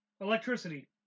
Electricity